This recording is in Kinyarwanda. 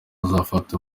azafata